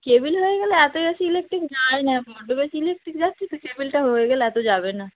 cable হয়ে গেলে এতো বেশি ইলেকট্রিক যায় না বড্ড বেশি ইলেকট্রিক যাচ্ছে তো কেবিলটা হয়ে গেলে এতো যাবে না